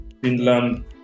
Finland